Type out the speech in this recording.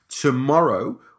tomorrow